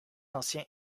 ancien